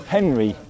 Henry